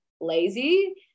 lazy